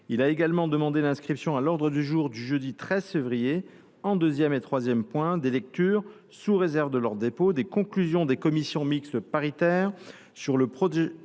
Il a également demandé l’inscription à l’ordre du jour du jeudi 13 février, en deuxième et troisième points, des lectures, sous réserve de leur dépôt, des conclusions des commissions mixtes paritaires sur le projet